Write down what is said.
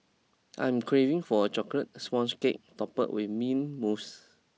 I'm craving for a chocolate sponge cake topped with mint mousse